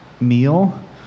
meal